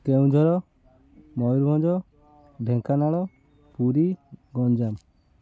Keonjhar Mayurbhanj Dhenkanal Puri Ganjam